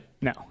No